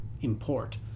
import